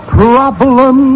problem